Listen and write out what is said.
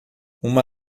uma